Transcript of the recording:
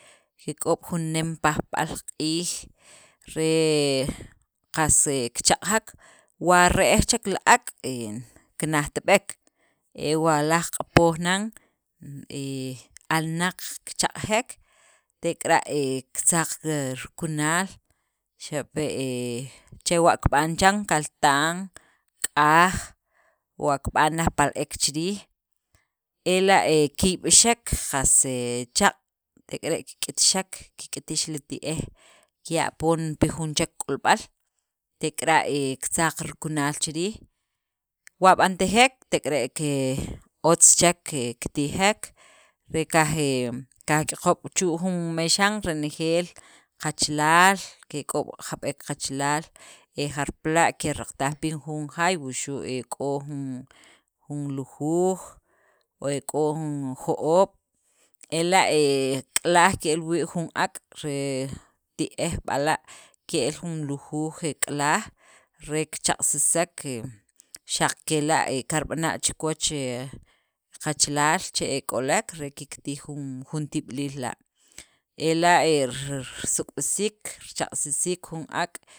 Kik'ob' jun nem pajb'al q'iij re qas he kichaq'jek, wa re'j chek li ak' he kinajtib'ek, he wa laj q'apoj nan he alnaq kichaq'jek, tek'ara' he kitzaq laj rikunal xape' che kib'an chira, kaltan, k'aj wa kib'an laj pal- ek chi riij ela' he kiyb'ixek qas he chaaq', tek'ere' kik'itxek, kik'itix li ti'ej, kiya' poon pi jun chek k'olb'al, tek'ara' he kitzaq rikunal chi riij, wa b'antajek tek'ere' he otz chek kitijek, re kaj e kajk'yoqob' chu' jun mexan renejeel qachalaal kek'ob' jab'ek qachalaal, e jarpala' keraqataj pi jun jaay, wuxu' e k'o lujuuj o e k'o jun jo'oob', ela' k'alaj ke'el wii' jun ak' re ti'ej b'ala' ke'l jun lujuuj he k'alaj re kichaqsisek he xaq kela' he kirb'ana' chi kiwach he qachalaal che e k'olek, re kiktij jun tib'iliil la', ela' risuk'b'isiik, ela' richaq'sisiik jun ak'.